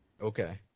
Okay